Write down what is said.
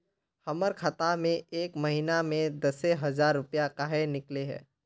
हमर खाता में एक महीना में दसे हजार रुपया काहे निकले है?